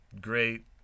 great